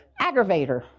aggravator